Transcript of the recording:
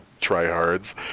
tryhards